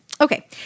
Okay